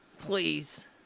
Please